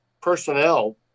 personnel